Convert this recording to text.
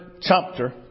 chapter